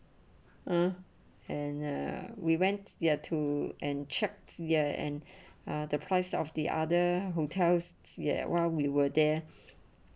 uh and uh we went there too and checks there and uh the price of the other hotels ya while we were there